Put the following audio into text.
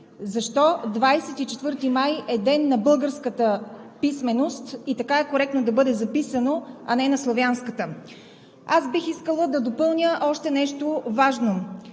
защо 24 май е Ден на българската писменост и така е коректно да бъде записано, а не на славянската. Аз бих искала да допълня още нещо важно.